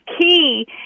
key